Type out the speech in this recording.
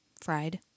fried